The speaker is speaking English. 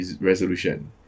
resolution